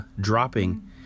dropping